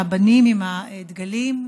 הבנים עם הדגלים,